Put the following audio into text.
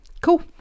Cool